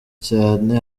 cyane